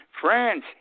France